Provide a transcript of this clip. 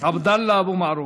עבדאללה אבו מערוף.